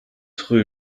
rue